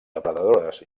depredadores